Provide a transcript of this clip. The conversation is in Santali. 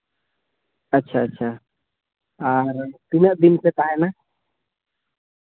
ᱟᱪᱪᱷᱟ ᱟᱪᱪᱷᱟ ᱟᱨ ᱛᱤᱱᱟᱹᱜ ᱫᱤᱱ ᱯᱮ ᱛᱟᱦᱮᱱᱟ